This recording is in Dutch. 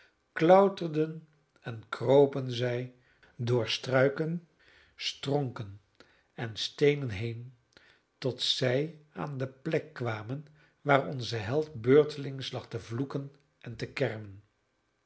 klauterden en kropen zij door struiken stronken en steenen heen tot zij aan de plek kwamen waar onze held beurtelings lag te vloeken en te kermen